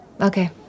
Okay